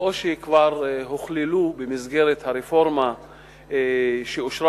או שכבר הוכללו במסגרת הרפורמה שאושרה